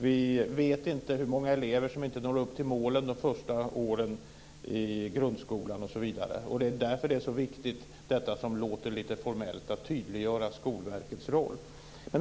Vi vet inte hur många elever som inte når upp till målen de första åren i grundskolan. Det är därför det är så viktigt, detta som låter lite formellt, att tydliggöra Skolverkets roll.